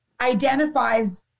identifies